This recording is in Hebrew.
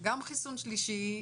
גם חיסון שלישי,